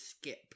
Skip